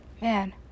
Man